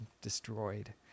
destroyed